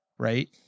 right